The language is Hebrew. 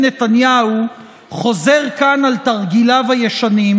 נתניהו חוזר כאן על תרגיליו הישנים,